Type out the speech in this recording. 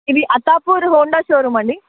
ఇది Attapur Honda showroom అండి